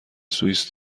سوئیس